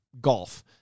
golf